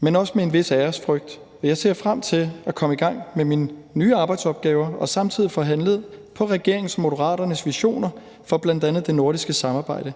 men det er også med en vis ærefrygt. Jeg ser frem til at komme i gang med mine nye arbejdsopgaver og samtidig få handlet på regeringens og Moderaternes visioner for bl.a. det nordiske samarbejde.